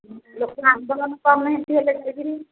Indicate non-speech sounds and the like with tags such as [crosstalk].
ଲୋକ [unintelligible] ହେଲେ ଯାଇକରି